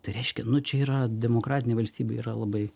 tai reiškia nu čia yra demokratinė valstybė yra labai